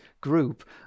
group